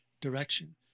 direction